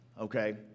okay